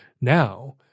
now